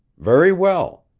very well.